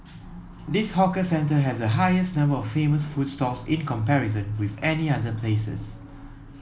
this hawker centre has the highest number of famous food stalls in comparison with any other places